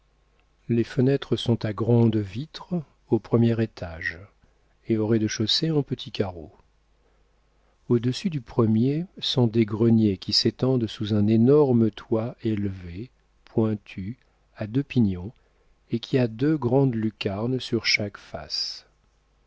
les fenêtres sont à grandes vitres au premier étage et au rez-de-chaussée en petits carreaux au-dessus du premier sont des greniers qui s'étendent sous un énorme toit élevé pointu à deux pignons et qui a deux grandes lucarnes sur chaque face